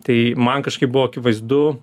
tai man kažkaip buvo akivaizdu